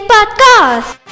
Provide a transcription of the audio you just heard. Podcast